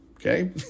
Okay